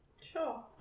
sure